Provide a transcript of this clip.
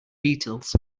beatles